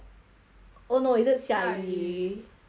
oh no is it 下雨 how I go shit back